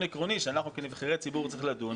עקרוני שאנחנו כנבחרי ציבור צריכים לדון בו,